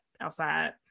outside